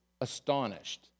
astonished